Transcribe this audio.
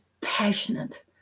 passionate